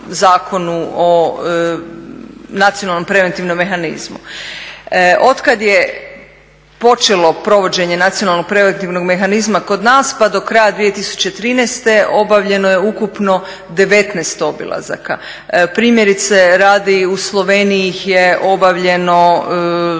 o nacionalnom preventivnom mehanizmu. Otkad je počelo provođenje nacionalnog preventivnog mehanizma kod nas pa do kraja 2013. obavljeno je ukupno 19 obilazaka. Primjerice u Sloveniji ih je obavljeno